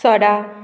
सडा